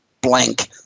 blank